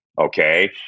okay